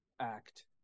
act